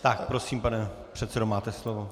Tak prosím, pane předsedo, máte slovo.